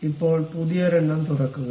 ഇപ്പോൾ പുതിയൊരെണ്ണം തുറക്കുക